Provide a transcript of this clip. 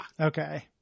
Okay